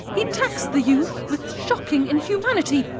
he taxed the youth with shocking inhumanity,